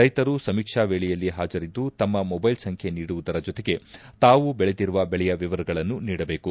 ರೈತರು ಸಮೀಕ್ಷಾ ವೇಳೆಯಲ್ಲಿ ಪಾಜರಿದ್ದು ತಮ್ಮ ಮೊಬೈಲ್ ಸಂಖ್ಕೆ ನೀಡುವುದರ ಜೊತೆಗೆ ತಾವು ಬೆಳೆದಿರುವ ಬೆಳೆಯ ವಿವರಗಳನ್ನು ನೀಡಬೇಕು